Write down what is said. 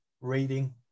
reading